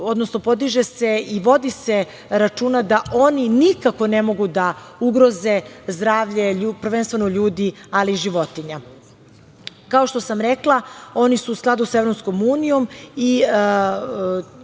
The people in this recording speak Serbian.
odnosno podiže se i vodi se računa da oni nikako ne mogu da ugroze zdravlje prvenstveno ljudi, ali i životinja. Kao što sam rekla, oni su u skladu sa EU i